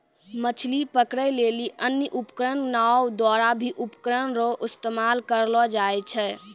मछली पकड़ै लेली अन्य उपकरण नांव द्वारा भी उपकरण रो इस्तेमाल करलो जाय छै